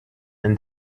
and